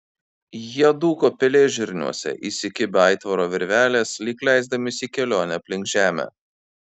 jie dūko pelėžirniuose įsikibę aitvaro virvelės lyg leisdamiesi į kelionę aplink žemę